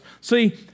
See